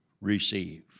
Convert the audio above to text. Receive